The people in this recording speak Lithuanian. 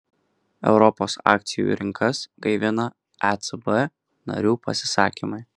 europos akcijų rinkas gaivina ecb narių pasisakymai